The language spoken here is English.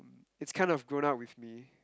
it's kind of grown up with me